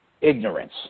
ignorance